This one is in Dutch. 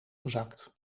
gezakt